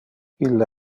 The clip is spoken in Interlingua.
ille